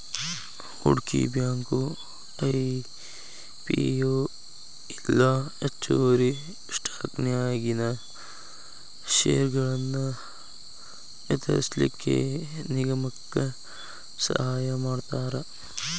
ಹೂಡ್ಕಿ bank IPO ಇಲ್ಲಾ ಹೆಚ್ಚುವರಿ ಸ್ಟಾಕನ್ಯಾಗಿನ್ ಷೇರ್ಗಳನ್ನ ವಿತರಿಸ್ಲಿಕ್ಕೆ ನಿಗಮಕ್ಕ ಸಹಾಯಮಾಡ್ತಾರ